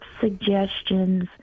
suggestions